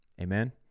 Amen